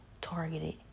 targeted